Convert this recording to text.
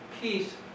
peace